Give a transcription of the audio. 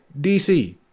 DC